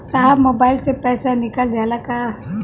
साहब मोबाइल से पैसा निकल जाला का?